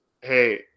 Hey